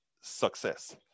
success